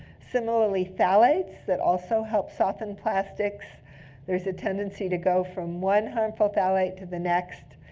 similarly, thalates that also helps soften plastics there's a tendency to go from one harmful thalate to the next.